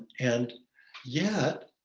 and yeah,